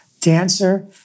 dancer